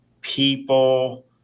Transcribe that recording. people